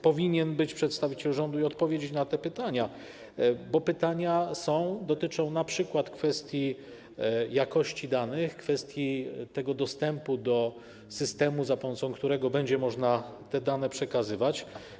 Powinien być tutaj przedstawiciel rządu i odpowiedzieć na nasze pytania, bo pytania dotyczą np. kwestii jakości danych i dostępu do systemu, za pomocą którego będzie można te dane przekazywać.